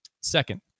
Second